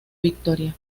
victoria